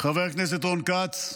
חבר הכנסת רון כץ,